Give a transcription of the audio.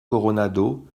coronado